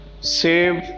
save